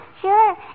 Sure